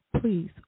Please